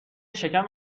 شکم